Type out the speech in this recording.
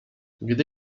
gdy